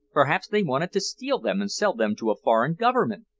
perhaps they wanted to steal them and sell them to a foreign government?